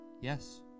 Yes